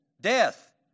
death